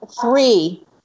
three